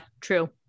true